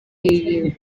iri